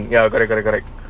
ya correct correct correct